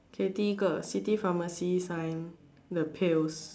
okay 提一个 city pharmacy sign the pills